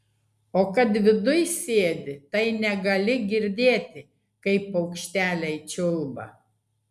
o kad viduj sėdi tai negali girdėti kaip paukšteliai čiulba